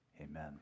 Amen